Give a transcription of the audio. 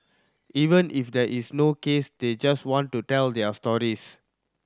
even if there is no case they just want to tell their stories